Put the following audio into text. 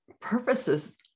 purposes